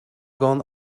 gone